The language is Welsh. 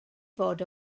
fod